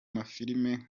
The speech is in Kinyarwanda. mafilime